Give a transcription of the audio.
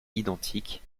identiques